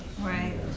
Right